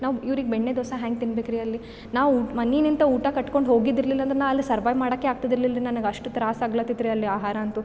ನಾವು ಇವ್ರಿಗೆ ಬೆಣ್ಣೆ ದೋಸೆ ಹೆಂಗೆ ತಿನ್ಬೇಕು ರೀ ಅಲ್ಲಿ ನಾವು ಊಟ ಮನೆನೆಂತ ಊಟ ಕಟ್ಟಿಕೊಂಡ್ ಹೋಗಿದ್ದು ಇರಲಿಲ್ಲ ಅಂದ್ರೆ ನಾ ಅಲ್ಲಿ ಸರ್ವೈವ್ ಮಾಡೋಕೆ ಆಗ್ತಿದಿರ್ಲಿಲ್ರೀ ನನಗೆ ಅಷ್ಟು ತ್ರಾಸ ಆಗ್ಲಾತತಿ ರೀ ಅಲ್ಲಿ ಆಹಾರ ಅಂತೂ